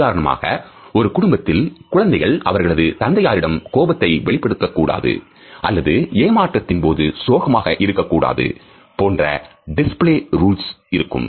உதாரணமாக ஒரு குடும்பத்தில் குழந்தைகள் அவர்களது தந்தையாரிடம் கோபத்தை வெளிப்படுத்த கூடாது அல்லது ஏமாற்றத்தின் போது சோகமாக இருக்கக் கூடாது போன்ற display rules இருக்கும்